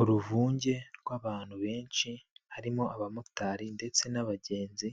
Uruvunge rw'abantu benshi harimo abamotari ndetse n'abagenzi,